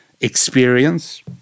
experience